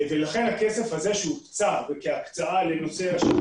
לכן הכסף הזה שהוקצה לנושא השבת